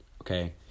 okay